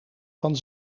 van